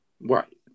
Right